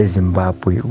Zimbabwe